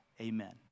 amen